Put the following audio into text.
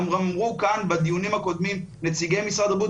גם אמרו כאן בדיונים הקודמים נציגי משרד הבריאות,